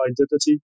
identity